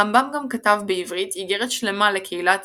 הרמב"ם גם כתב בעברית איגרת שלמה לקהילת